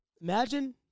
Imagine